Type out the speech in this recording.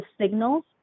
signals